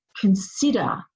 consider